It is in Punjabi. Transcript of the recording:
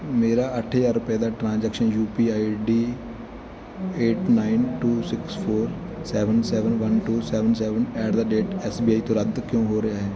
ਮੇਰਾ ਅੱਠ ਹਜ਼ਾਰ ਰੁਪਏ ਦਾ transactions U P I D eight nine two six four seven seven one two seven seven at the rate S B I ਤੋਂ ਰੱਦ ਕਿਉਂ ਹੋ ਰਿਹਾ ਹੈ